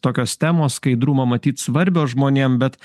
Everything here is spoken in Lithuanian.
tokios temos skaidrumo matyt svarbios žmonėm bet